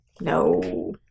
No